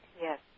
yes